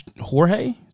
Jorge